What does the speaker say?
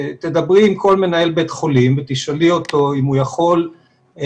תדברי עם כל מנהל בית חולים ותשאלי אותו אם הוא יכול לבנות